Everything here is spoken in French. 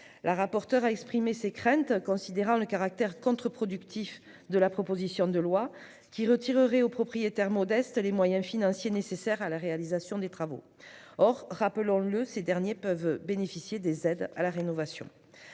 a par ailleurs exprimé ses craintes quant au caractère contre-productif du dispositif proposé, qui retirerait aux propriétaires modestes les moyens financiers nécessaires à la réalisation des travaux. Or, rappelons-le, ces derniers peuvent donner lieu à des aides à la rénovation.